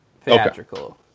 theatrical